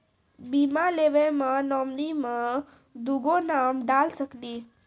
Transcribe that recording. बीमा लेवे मे नॉमिनी मे दुगो नाम डाल सकनी?